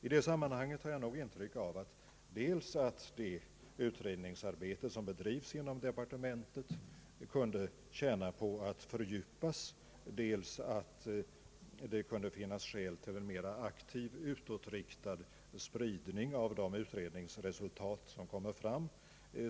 I det sammanhanget har jag nog intryck av dels att det utredningsarbete som bedrivs inom departementet kunde tjäna på att fördjupas, dels att det kunde finnas skäl till en mera aktiv, utåtriktad spridning av de utredningsresultat som kommer fram.